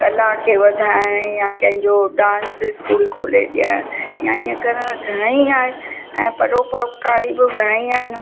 कला खे वधाइण या कंहिंजो डांस स्कूल खोले ॾियण या इहे करण घणेई आहे ऐं परोपकारी बि घणेई आहिनि